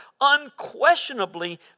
unquestionably